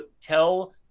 tell